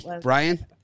Brian